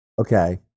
Okay